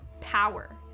power